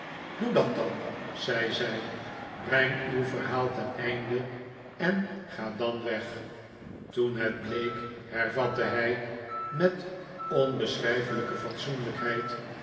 doe dat dan zei zij breng uw verhaal ten einde en ga dan weg toen het bleek hervatte hij met onbeschrijfelijke